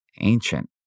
ancient